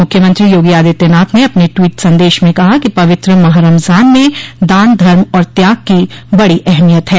मुख्यमंत्री योगी आदित्यनाथ ने अपने ट्वीट संदेश में कहा कि पवित्र माह रमजान में दान धर्म और त्याग की बड़ी अहमियत है